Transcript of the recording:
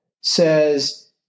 says